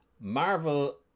Marvel